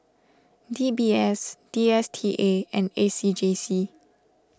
D B S D S T A and A C J C